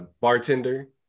bartender